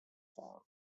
found